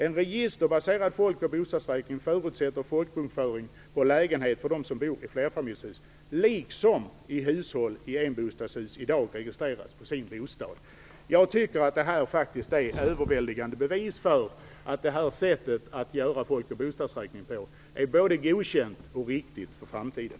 En registerbaserad folk och bostadsräkning förutsätter folkbokföring på lägenhet för dem som bor i flerbostadshus, liksom hushåll i enbostadshus i dag registreras på sin bostad." Jag tycker att det här är överväldigande bevis för att det här sättet att göra folk och bostadsräkning är både godkänt och riktigt för framtiden.